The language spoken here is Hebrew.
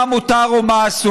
היא תקבע מה מותר או מה אסור.